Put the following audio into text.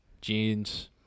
jeans